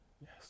yes